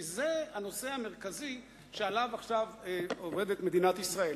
כי זה הנושא המרכזי שעליו עובדת עכשיו מדינת ישראל.